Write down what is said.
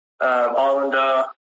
Islander